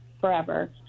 forever